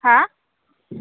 हा